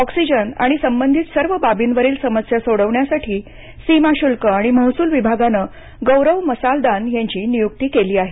oxygen आणि संबंधित सर्व बाबींवरील समस्या सोडवण्यासाठी सीमाशुल्क आणि महसूल विभागानं गौरव मसालदान यांची नियुक्ती केली आहे